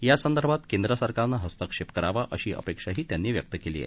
या संदर्भात केंद्र सरकारनं हस्तक्षेप करावा अशी अपेक्षाही त्यांनी व्यक्त केली आहे